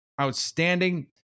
outstanding